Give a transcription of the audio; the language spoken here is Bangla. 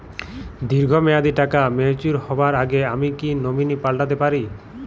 দীর্ঘ মেয়াদি টাকা ম্যাচিউর হবার আগে আমি কি নমিনি পাল্টা তে পারি?